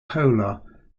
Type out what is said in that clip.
polar